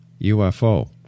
UFO